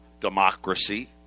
democracy